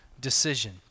decision